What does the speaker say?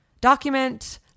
document